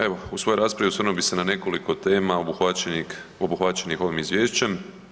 Evo, u svojoj raspravi osvrnuo bih se na nekoliko tema obuhvaćenih ovim izvješćem.